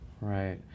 Right